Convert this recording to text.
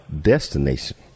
destination